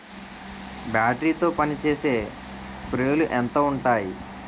Battery తో పనిచేసే స్ప్రేలు ఎంత ఉంటాయి?